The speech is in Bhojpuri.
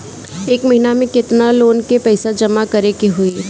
एक महिना मे केतना लोन क पईसा जमा करे क होइ?